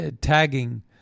tagging